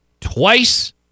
twice